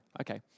Okay